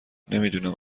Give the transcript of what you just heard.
نمیدونم